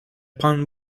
pan